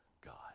God